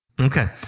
Okay